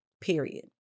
period